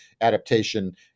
adaptation